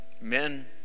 Men